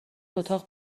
اتاق